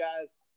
guys